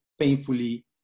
painfully